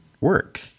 work